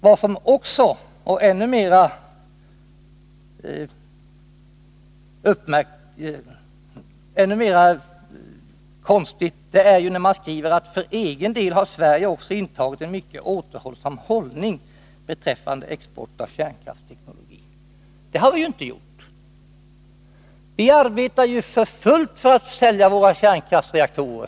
Vad som också, och ännu mera, är egendomligt är när man skriver att för egen del har Sverige iakttagit en mycket återhållsam hållning beträffande export av kärnkraftsteknologi. Det har vi ju inte gjort. Vi arbetar för fullt för att sälja våra kärnkraftsreaktorer.